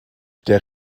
der